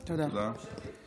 (קוראת בשמות חברי הכנסת)